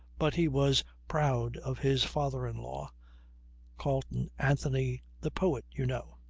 but he was proud of his father-in-law carleon anthony, the poet, you know.